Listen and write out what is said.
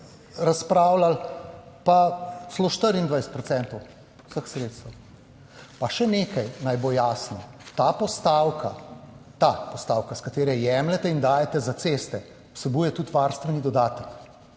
razpravljali pa celo 24 % vseh sredstev. Pa še nekaj naj bo jasno, ta postavka, iz katere jemljete in dajete za ceste vsebuje tudi varstveni dodatek.